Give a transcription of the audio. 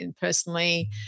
personally